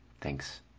Thanks